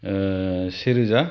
सेरोजा